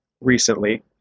recently